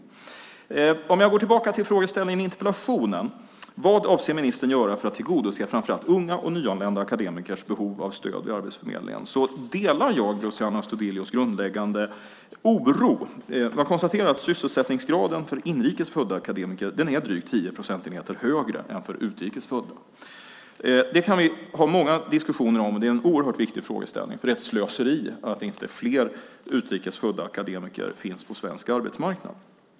Jag ska gå tillbaka till frågeställningen i interpellationen: Vad avser ministern att göra för att tillgodose framför allt unga och nyanlända akademikers behov av stöd i Arbetsförmedlingen? Jag delar Luciano Astudillos grundläggande oro. Jag konstaterar att sysselsättningsgraden för inrikes födda akademiker är drygt 10 procentenheter högre än för utrikes födda. Det kan vi ha många diskussioner om, och det är en oerhört viktig frågeställning eftersom det är ett slöseri att inte fler utrikes födda akademiker finns på svensk arbetsmarknad.